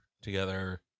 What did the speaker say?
together